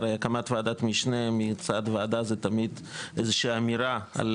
הרי הקמת ועדת משנה מצד ועדה זה תמיד איזושהי אמירה על